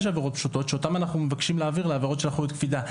יש עבירות פשוטות שאותן אנחנו מבקשים להעביר לעבירות של אחריות קפידה.